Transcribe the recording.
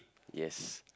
yes